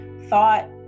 thought